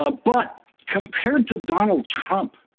ah but compared to donald trump,